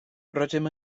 rydym